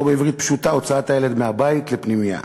או בעברית פשוטה: הוצאת הילד מהבית לפנימייה.